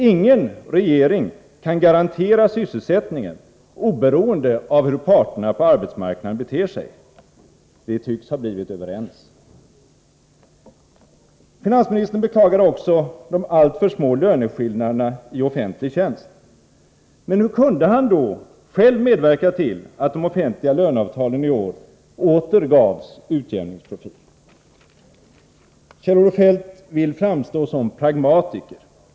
Ingen regering kan garantera sysselsättningen oberoende av hur parterna på arbetsmarknaden beter sig.” — Vi tycks ha blivit överens. Finansministern beklagar också de alltför små löneskillnaderna i offentlig tjänst. Men hur kunde han då själv medverka till att de offentliga löneavtalen i år åter gavs utjämningsprofil? Kjell-Olof Feldt vill framstå som pragmatiker.